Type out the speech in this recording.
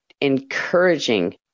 encouraging